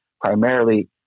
primarily